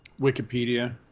Wikipedia